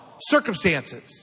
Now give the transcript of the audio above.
circumstances